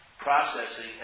processing